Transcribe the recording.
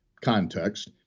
context